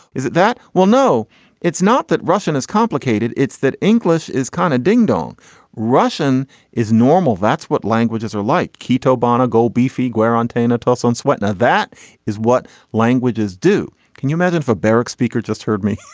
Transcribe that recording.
is it that. well no it's not that russian is complicated. it's that english is kind of dingdong russian is normal that's what languages are like. quito bana go beefy guo on taina tell us on swetnam that is what languages do. can you imagine for barrack speaker just heard me